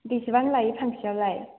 बेसेबां लायो फांसेयावलाय